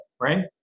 right